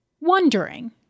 wondering